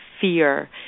fear